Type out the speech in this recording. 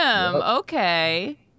Okay